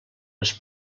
les